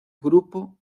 grupo